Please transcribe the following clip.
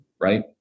Right